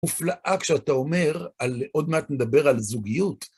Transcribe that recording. מופלאה כשאתה אומר על, עוד מעט נדבר על זוגיות.